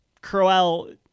Crowell